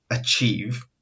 achieve